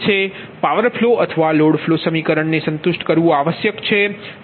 power flow અથવા load flow સમીકરણને સંતુષ્ટ કરવું આવશ્યક છે તે સાચું છે